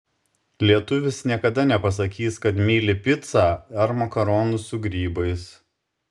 lietuvis niekada nepasakys kad myli picą ar makaronus su grybais